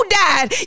died